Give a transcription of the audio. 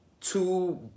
two